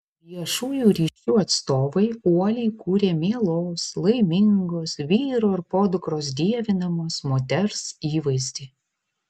viešųjų ryšių atstovai uoliai kūrė mielos laimingos vyro ir podukros dievinamos moters įvaizdį